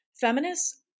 Feminists